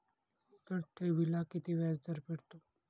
मुदत ठेवीला किती व्याजदर मिळतो?